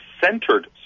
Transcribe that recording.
centered